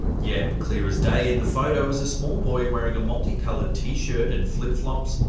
yet clear as day, in the photo was a small boy wearing a multicolored t-shirt and flip-flops,